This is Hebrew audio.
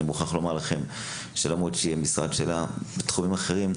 אני מוכרח לומר לכם שלמרות שהמשרד שלה הוא בתחומים אחרים,